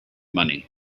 money